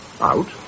Out